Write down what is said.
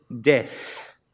death